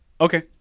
Okay